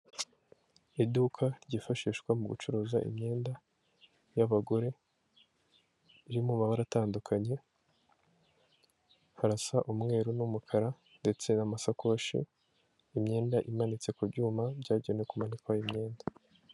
Iduka ryifashishwa mu gucuruza imyenda y'abagore iri mu mabara atandukanye hasa umweru n'umukara ndetse n'amasakoshi imyenda imanitse ku byuma byagenewe kumanikwa imyenda.